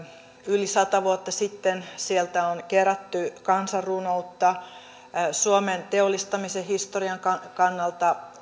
yli sata vuotta sitten sieltä on kerätty kansanrunoutta suomen teollistamisen historian kannalta